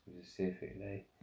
specifically